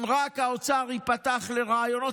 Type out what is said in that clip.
אם האוצר רק ייפתח לרעיונות,